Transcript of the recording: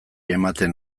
ematen